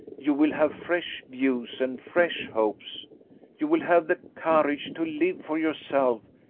you will have fresh views and fresh hopes you will have the courage to live for yourself,